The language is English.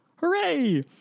Hooray